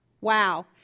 Wow